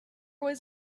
was